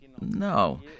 no